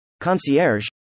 Concierge